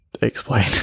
explain